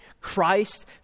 Christ